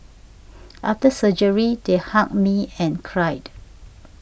after surgery they hugged me and cried